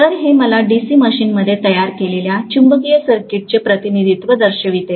तर हे मला DC मशीनमध्ये तयार केलेल्या चुंबकीय सर्किटचे प्रतिनिधित्व दर्शविते